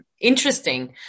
interesting